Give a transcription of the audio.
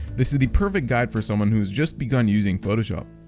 this is the perfect guide for someone who has just begun using photoshop.